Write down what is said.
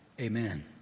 Amen